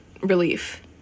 relief